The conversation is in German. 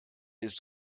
ist